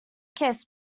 kiss